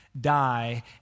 die